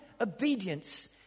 obedience